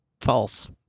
false